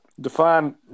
Define –